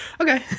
Okay